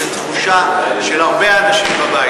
זו תחושה של הרבה אנשים בבית.